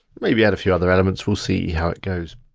maybe add a few other elements, we'll see how it goes.